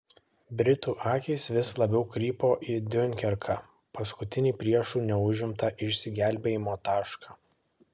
britų akys vis labiau krypo į diunkerką paskutinį priešų neužimtą išsigelbėjimo tašką